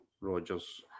Rogers